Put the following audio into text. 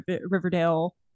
Riverdale